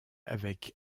avec